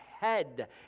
head